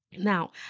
Now